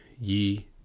ye